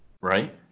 right